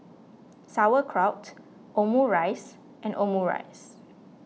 Sauerkraut Omurice and Omurice